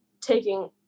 taking